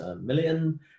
million